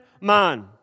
man